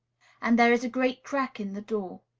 and there is a great crack in the door.